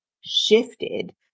shifted